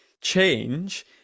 change